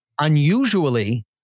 unusually